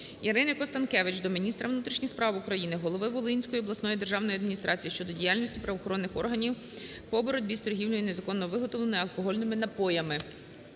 ІриниКонстанкевич до міністра внутрішніх справ України, голови Волинської обласної державної адміністрації щодо діяльності правоохоронних органів по боротьбі з торгівлею незаконно виготовленими алкогольними напоями.